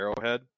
Arrowhead